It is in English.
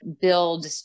build